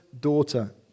daughter